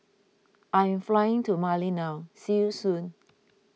I am flying to Mali now See you soon